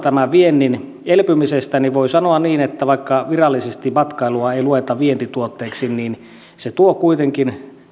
viennin elpymisestä niin voi sanoa niin että vaikka virallisesti matkailua ei lueta vientituotteeksi niin kansainvälinen matkailu tuo kuitenkin